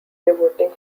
devoting